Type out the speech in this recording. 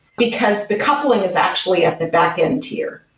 because the coupling is actually at the backend tier.